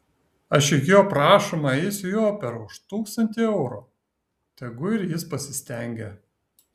aš juk jo prašoma eisiu į operą už tūkstantį eurų tegu ir jis pasistengia